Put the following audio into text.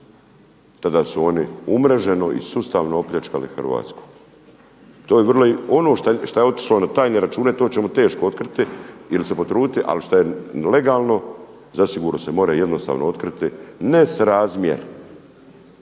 tada su oni umreženo i sustavno opljačkali Hrvatsku. To je vrlo, ono što je otišlo na tajne račune to ćemo teško otkriti ili se potruditi, ali šta je legalno zasigurno se mora jednostavno otkriti nesrazmjer